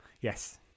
Yes